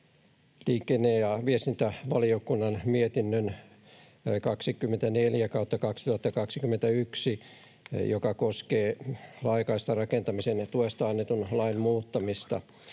liikenne- ja viestintävaliokunnan mietinnön 24/2021, joka koskee laajakaistarakentamisen tuesta annetun lain muuttamista,